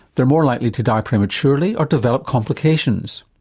they are more likely to die prematurely or develop complications.